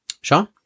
Sean